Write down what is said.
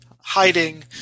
hiding